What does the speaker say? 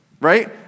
right